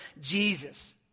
Jesus